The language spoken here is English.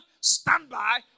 Standby